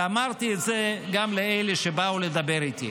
ואמרתי את זה גם לאלה שבאו לדבר איתי.